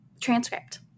transcript